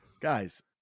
guys